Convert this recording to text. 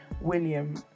William